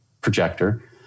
projector